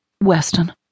Weston